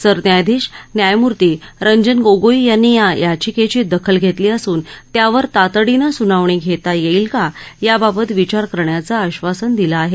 सरन्यायाधीश न्यायमूर्ती रंजन गोगोई यांनी या याचिकेची दखल घेतली असून त्यावर तातडीनं सुनावणी घेता येईल का याबाबत विचार करण्याचं आश्वासन दिलं आहे